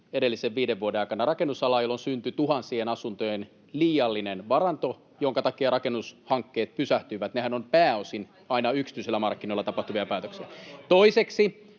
edellisen viiden vuoden aikana rakennusalaa, jolloin syntyi tuhansien asuntojen liiallinen varanto, minkä takia rakennushankkeet pysähtyivät. Nehän ovat pääosin aina yksityisillä markkinoilla tapahtuvia päätöksiä.